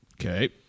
Okay